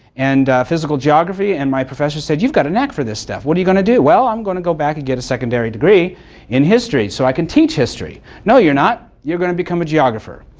and physical geography, and my professor said, you've got a knack for this stuff. what are you going to do? well, i'm going to go back and get a secondary degree in history, so i can teach history. no, you are not. you are going to become a geographer.